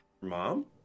mom